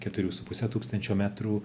keturių su puse tūkstančio metrų